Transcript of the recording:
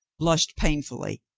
blushed painfully,